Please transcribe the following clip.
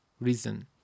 reason